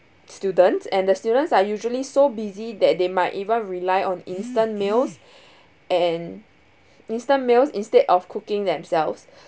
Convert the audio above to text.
students and the students are usually so busy that they might even rely on instant meals and instant meals instead of cooking themselves